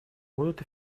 будут